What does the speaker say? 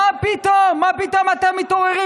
איך שנה, זה רק, מה פתאום, מה פתאום אתם מתעוררים?